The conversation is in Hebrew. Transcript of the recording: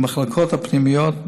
במחלקות הפנימיות,